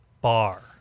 Bar